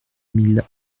mille